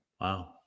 Wow